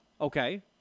Okay